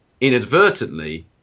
inadvertently